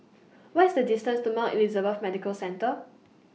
What IS The distance to Mount Elizabeth Medical Centre